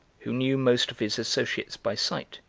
who knew most of his associates by sight,